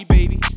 Baby